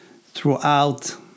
throughout